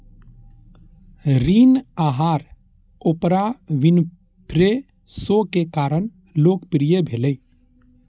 ऋण आहार Oprah Winfrey show के कारण लोकप्रिय भेलै